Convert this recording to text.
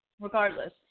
regardless